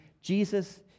Jesus